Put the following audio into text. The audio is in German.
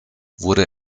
wurde